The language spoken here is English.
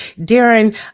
Darren